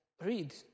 read